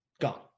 Gone